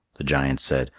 the giant said,